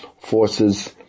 forces